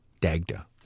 Dagda